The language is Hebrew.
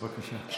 בבקשה.